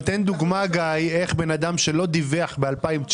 תציג דוגמה איך אדם שלא דיווח ב-2019